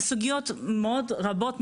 סוגיות מאוד רבות ומגוונות.